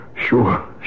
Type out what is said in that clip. sure